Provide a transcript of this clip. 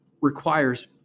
requires